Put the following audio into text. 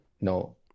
no